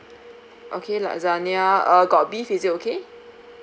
okay lasagna uh got beef is it okay